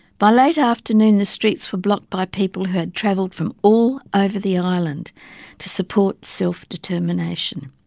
by late afternoon the streets were blocked by people who had travelled from all over the island to support self determination.